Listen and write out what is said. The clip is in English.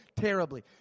terribly